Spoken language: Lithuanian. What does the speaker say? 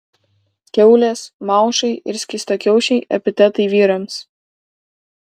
kiaulės maušai ir skystakiaušiai epitetai vyrams